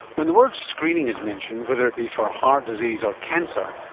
when the word screening is mentioned, whether it be for heart disease or cancer,